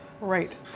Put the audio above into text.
right